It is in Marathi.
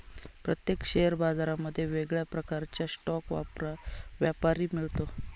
प्रत्येक शेअर बाजारांमध्ये वेगळ्या प्रकारचा स्टॉक व्यापारी मिळतो